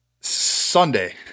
Sunday